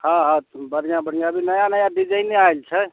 हाँ हाँ बढ़िआँ बढ़िआँ अभी नया नया डिजाइने आयल छै